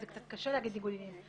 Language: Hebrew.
זה קצת קשה להגיד ניגוד עניינים,